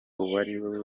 uwariwe